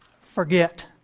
forget